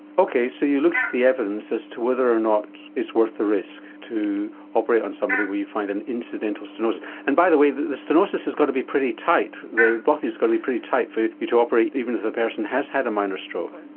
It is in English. ok so you looked at the evidence as to whether or not it's worth the risk to operate on somebody where you find an incidental stenosis. and by the way the the stenosis has got to be pretty tight the blockage has got to be pretty tight for you to operate even if the person has had a minor stroke.